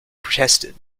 protested